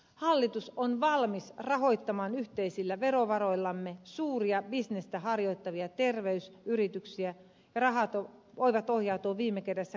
hallitus on valmis rahoittamaan yhteisillä verovaroillamme suuria bisnestä harjoittavia terveysyrityksiä ja rahat voivat ohjautua viime kädessä kansainvälisille pörssiyhtiöille